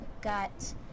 got